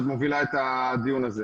שאת מובילה את הדיון הזה.